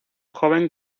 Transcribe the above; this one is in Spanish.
joven